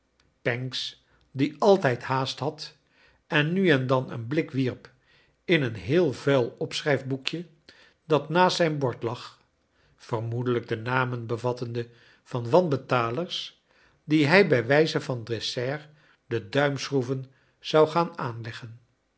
pancks die altijd haast had en nu en dan een blik wierp in een heel vuil opsohrijfboekje dat naast zijn bord lag vermoedelijk de namen bevattende van wanbetaiers die hij bij wijze van dessert de duimschroeven zou gaan aanleggen